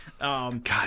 God